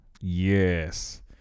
yes